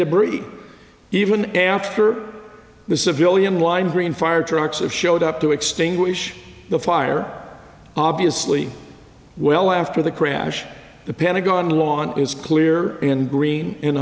debris even after the civilian lime green fire trucks of showed up to extinguish the fire obviously well after the crash the pentagon lawn is clear and green